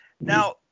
Now